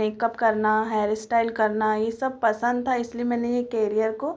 makeup करना hair style करना यह सब पसंद था इसलिए मैंने यह केरियर को